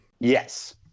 Yes